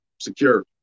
secure